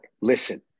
listen